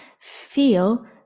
feel